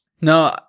No